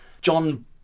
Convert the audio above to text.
John